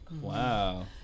Wow